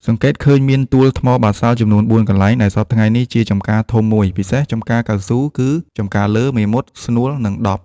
សង្កេតឃើញមានទួលថ្មបាសាល់ចំនួន ៤ កន្លែង ដែលសព្វថ្ងៃនេះ ជា ចំការធំ១ ពិសេស ចំការកៅស៊ូ គឺ ចំការលើ មេមត់ ស្នូល និង ដប់ ។